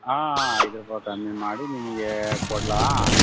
ಆಂ ಆಂ ಐದು ರೂಪಾಯಿ ಕಮ್ಮಿ ಮಾಡಿ ನಿಮಗೆ ಕೊಡಲಾ